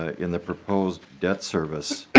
in the proposed debt service.